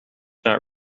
not